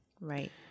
Right